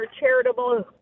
charitable